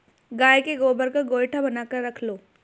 गाय के गोबर का गोएठा बनाकर रख लो